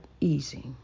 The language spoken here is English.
easy